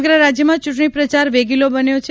સમગ્ર રાજ્યમાં ચૂંટણી પ્રચાર વેગીલો બન્યો છે